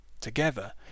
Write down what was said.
Together